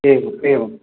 एवम् एवम्